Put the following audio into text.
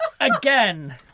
Again